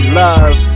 love